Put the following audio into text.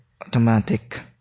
automatic